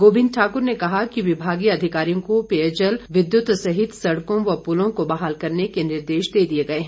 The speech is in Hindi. गोविन्द ठाकुर ने कहा कि विभागीय अधिकारियों को पेयजल विद्युत सहित सड़कों व पुलों को बहाल करने के निर्देश दे दिए गए हैं